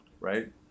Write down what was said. right